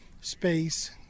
space